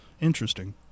Interesting